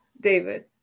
David